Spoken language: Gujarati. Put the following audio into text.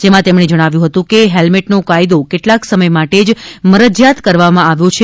જેમા તેમણે જણાવ્યુ હતું કે હેલ્મેટનો કાયદો કેટલાક સમય માટે જ મરજીયાત કરવામાં આવ્યો છે